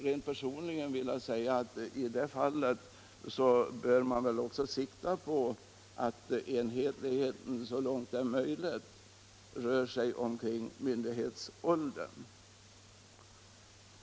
Rent personligt vill jag säga att vi bör sikta på att de enhetliga åldersgränserna så långt det är möjligt rör sig omkring myndighetsåldern.